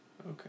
Okay